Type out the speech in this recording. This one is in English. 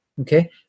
okay